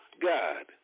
God